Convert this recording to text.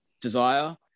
desire